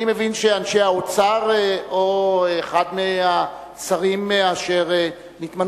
אני מבין שאנשי האוצר או אחד מהשרים אשר נתמנו